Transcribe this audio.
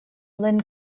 lin